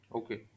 okay